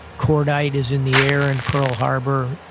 cordite is in the air in pearl harbor,